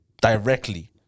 directly